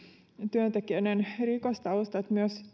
työntekijöiden rikostaustat